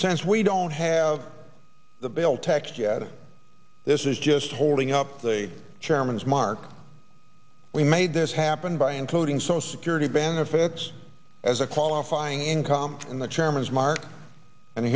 since we don't have the bill text yet this is just holding up the chairman's mark we made this happen by including social security benefits as a qualifying income in the chairman's mark and